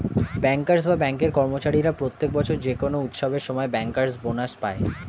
bankers বা ব্যাঙ্কের কর্মচারীরা প্রত্যেক বছর যে কোনো উৎসবের সময় ব্যাংকার্স বোনাস পায়